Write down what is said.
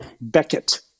Beckett